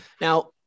now